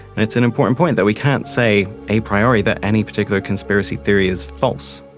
and it's an important point, that we can't say a priori that any particular conspiracy theory is false.